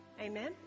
Amen